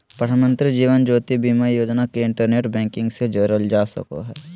प्रधानमंत्री जीवन ज्योति बीमा योजना के इंटरनेट बैंकिंग से जोड़ल जा सको हय